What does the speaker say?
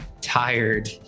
tired